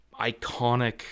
iconic